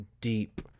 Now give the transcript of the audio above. deep